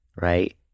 right